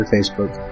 Facebook